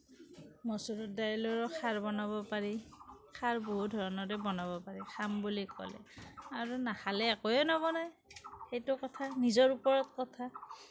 মচুৰ দাইলৰো খাৰ বনাব পাৰি খাৰ বহুত ধৰণেৰে বনাব পাৰি খাম বুলি ক'লে আৰু নাখালে একোৱে নবনায় সেইটো কথা নিজৰ ওপৰত কথা